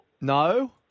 No